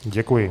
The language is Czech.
Děkuji.